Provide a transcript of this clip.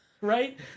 right